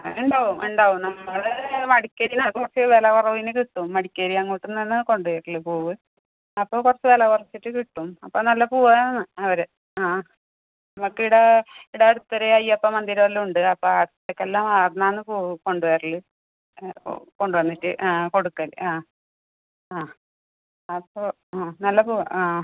ആ ഉണ്ടാവും ഉണ്ടാവും നമ്മൾ വടെക്കേരി കുറച്ച് വില കുറവിന് കിട്ടും മടിക്കേരി അങ്ങോട്ട് നിന്നാണ് കൊണ്ടു വരൽ പൂവ് അപ്പോൾ കുറച്ച് വില കുറച്ചിട്ട് കിട്ടും അപ്പം നല്ല പൂവാണ് അവരെ ആ നമ്മൾക്ക് ഇവിടെ ഇവിടെ അടുത്ത് ഒരു അയ്യപ്പ മന്ദിരം എല്ലാമുണ്ട് അപ്പം അവിടുത്തേക്കെല്ലാം അവിടെ നിന്നാണ് പൂവ് കൊണ്ട് വരൽ കൊണ്ട് വന്നിട്ട് ആ കൊടുക്കൽ ആ ആ അപ്പോൾ ആ നല്ല പൂവ് ആ